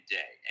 day